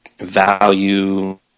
value